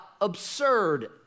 absurd